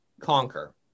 conquer